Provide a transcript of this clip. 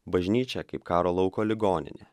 bažnyčia kaip karo lauko ligoninė